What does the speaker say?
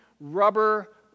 rubber